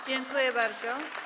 Dziękuję bardzo.